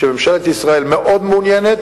שממשלת ישראל מאוד מעוניינת